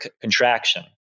contraction